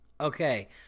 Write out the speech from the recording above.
Okay